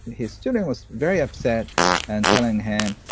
his student was very upset and telling him,